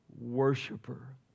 worshiper